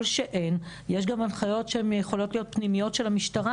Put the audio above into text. יש גם הנחיות שהן יכולות להיות פנימיות של המשטרה,